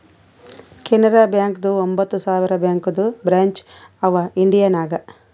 ಕೆನರಾ ಬ್ಯಾಂಕ್ದು ಒಂಬತ್ ಸಾವಿರ ಬ್ಯಾಂಕದು ಬ್ರ್ಯಾಂಚ್ ಅವಾ ಇಂಡಿಯಾ ನಾಗ್